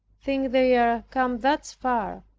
think they are come thus far.